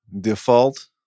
Default